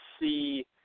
see